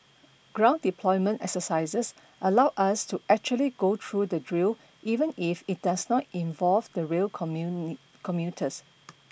ground deployment exercises allow us to actually go through the drill even if it does not involve the rail commuters